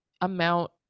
amount